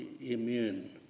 immune